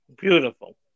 Beautiful